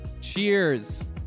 cheers